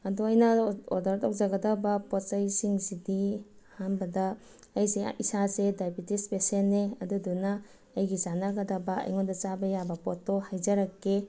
ꯑꯗꯣ ꯑꯩꯅ ꯑꯣꯔꯗꯔ ꯇꯧꯖꯒꯗꯕ ꯄꯣꯠꯆꯩꯁꯤꯡꯁꯤꯗꯤ ꯑꯍꯥꯟꯕꯗ ꯑꯩꯁꯦ ꯏꯁꯥꯁꯦ ꯗꯥꯏꯕꯤꯇꯤꯁ ꯄꯦꯁꯦꯟꯅꯤ ꯑꯗꯨꯗꯨꯅ ꯑꯩꯒꯤ ꯆꯥꯟꯅꯒꯗꯕ ꯑꯩꯉꯣꯟꯗ ꯆꯥꯕ ꯌꯥꯕ ꯄꯣꯠꯇꯣ ꯍꯥꯏꯖꯔꯛꯀꯦ